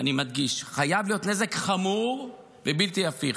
אני מדגיש: חייב להיות נזק חמור ובלתי הפיך.